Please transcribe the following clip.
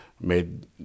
made